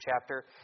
chapter